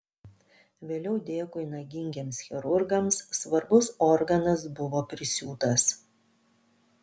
vėliau dėkui nagingiems chirurgams svarbus organas buvo prisiūtas